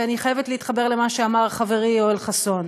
ואני חייבת להתחבר למה שאמר חברי יואל חסון: